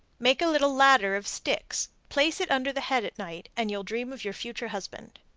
make a little ladder of sticks, place it under the head at night, and you'll dream of your future husband.